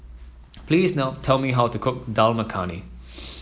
please no tell me how to cook Dal Makhani